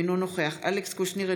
אינו נוכח אלכס קושניר,